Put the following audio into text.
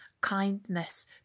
kindness